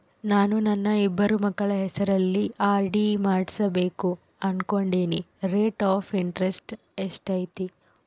ನಾನು ನನ್ನ ಇಬ್ಬರು ಮಕ್ಕಳ ಹೆಸರಲ್ಲಿ ಆರ್.ಡಿ ಮಾಡಿಸಬೇಕು ಅನುಕೊಂಡಿನಿ ರೇಟ್ ಆಫ್ ಇಂಟರೆಸ್ಟ್ ಎಷ್ಟೈತಿ?